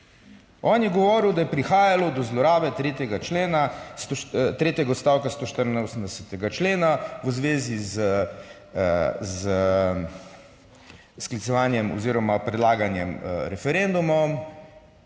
on je govoril da je prihajalo do zlorabe 3. člena, tretjega odstavka 184. člena v zvezi s sklicevanjem oziroma predlaganjem referendumov.